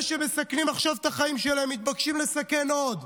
אלה שמסכנים עכשיו את החיים שלהם מתבקשים לסכן עוד,